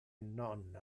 non